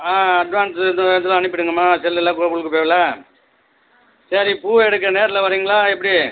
ஆ advance இது இதில் அனுப்பிடுங்கம்மா செல்லில் கூகுள் பேயில் சரி பூ எடுக்க நேரில் வரீங்களா எப்படி